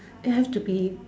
there have to be